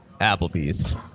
Applebee's